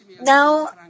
Now